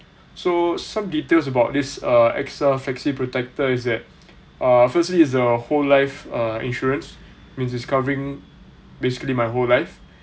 so some details about this uh AXA flexi protector is that uh firstly it's a whole life uh insurance means it's covering basically my whole life